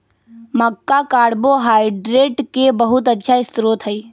मक्का carbohydrate के बहुत अच्छा स्रोत हई